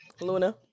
Luna